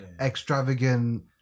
extravagant